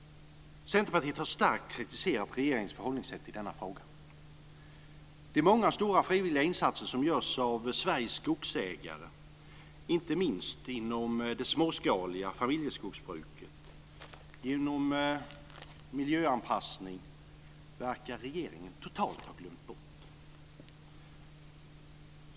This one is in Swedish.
Centerpartiet har starkt kritiserat regeringens förhållningssätt i denna fråga. Det är många stora och frivilliga insatser som görs av Sveriges skogsägare, inte minst inom det småskaliga familjeskogsbruket. Men miljöanpassning verkar regeringen totalt ha glömt bort.